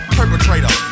perpetrator